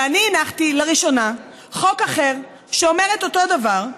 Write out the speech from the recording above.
ואני הנחתי לראשונה חוק אחר, שאומר את אותו דבר,